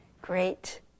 great